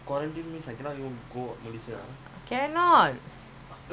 after army cannot see lah next year hopefully